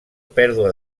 pèrdua